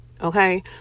Okay